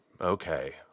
okay